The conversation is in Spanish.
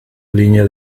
línea